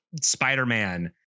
Spider-Man